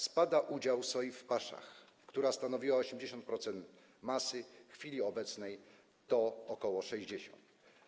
Spada udział soi w paszach, która stanowiła 80% masy, a w chwili obecnej stanowi ok. 60%.